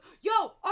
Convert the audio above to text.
yo